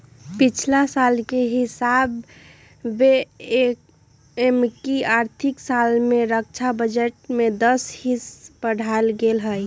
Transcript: पछिला साल के हिसाबे एमकि आर्थिक साल में रक्षा बजट में दस हिस बढ़ायल गेल हइ